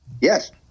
Yes